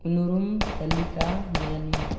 ᱩᱱᱩᱨᱩᱢ ᱛᱟᱞᱤᱠᱟ ᱧᱮᱞᱢᱮ